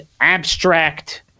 abstract